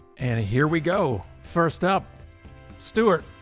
and here we go. first up stuart,